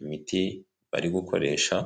imiti bari gukoresha.